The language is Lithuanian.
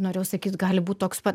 norėjau sakyt gali būt toks pat